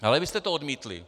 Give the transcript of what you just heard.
Ale vy jste to odmítli.